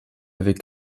avec